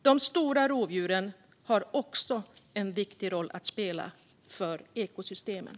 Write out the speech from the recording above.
De stora rovdjuren har också en viktig roll att spela i ekosystemen.